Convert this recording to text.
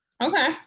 Okay